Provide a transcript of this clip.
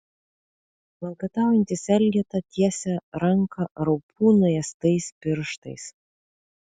valkataujantis elgeta tiesia ranką raupų nuėstais pirštais